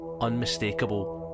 unmistakable